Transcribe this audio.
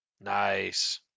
Nice